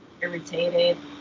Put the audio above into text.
irritated